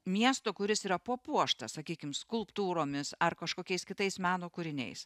miesto kuris yra papuoštas sakykim skulptūromis ar kažkokiais kitais meno kūriniais